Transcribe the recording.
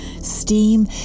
steam